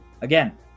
again